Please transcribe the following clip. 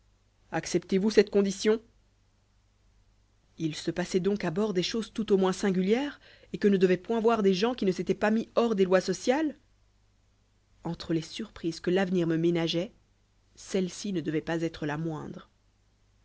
acceptez-vous cette condition il se passait donc à bord des choses tout au moins singulières et que ne devaient point voir des gens qui ne s'étaient pas mis hors des lois sociales entre les surprises que l'avenir me ménageait celle-ci ne devait pas être la moindre